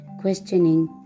questioning